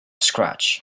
scratch